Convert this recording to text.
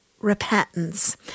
repentance